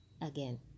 again